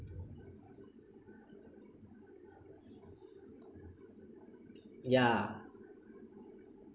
yeah